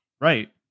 Right